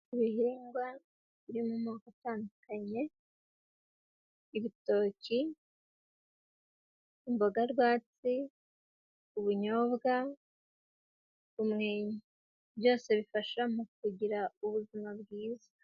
Ibihingwa biri mu moko atandukanye, ibitoki, imboga rwatsi, ubunyobwa, umwenya, byose bifasha mu kugira ubuzima bwiza.